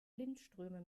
blindströme